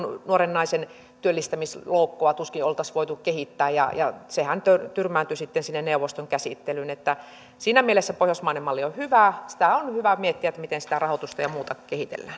nuoren naisen työllistämisloukkua tuskin oltaisiin voitu kehittää ja sehän tyrmääntyi sitten sinne neuvoston käsittelyyn siinä mielessä pohjoismainen malli on hyvä sitä on hyvä miettiä miten sitä rahoitusta ja muuta kehitellään